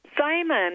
Simon